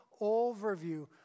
overview